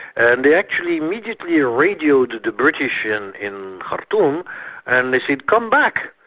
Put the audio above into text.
and they actually immediately ah radioed to the british in in khartoum and they said, come back,